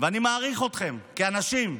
ואני מעריך אתכם כאנשים: